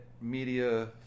media